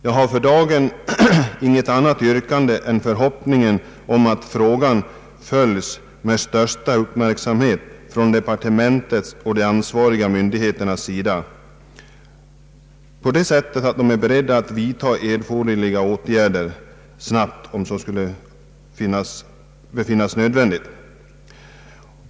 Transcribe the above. Jag har för dagen här inget annat yrkande men vill uttala en förhoppning att frågan följs med största uppmärksamhet från departementet och de ansvariga myndigheternas sida så att de är beredda att snabbt vidtaga erforderliga åtgärder om så skulle befinnas nödvändigt.